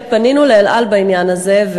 פנינו ל"אל על" בעניין הזה,